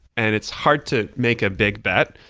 and it's hard to make a big bet,